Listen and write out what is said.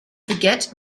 forget